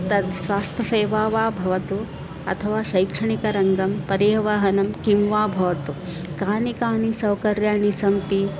तद् स्वास्थ्यसेवा वा भवतु अथवा शैक्षणिकरङ्गं पर्यवहनं किं वा भवतु कानि कानि सौकर्याणि सन्ति